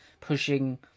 pushing